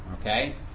Okay